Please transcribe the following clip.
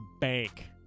Bank